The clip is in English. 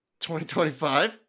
2025